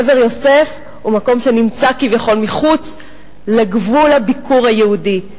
קבר יוסף הוא מקום שנמצא כביכול מחוץ לגבול הביקור היהודי.